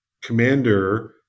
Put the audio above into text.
commander